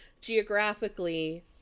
geographically